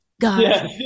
God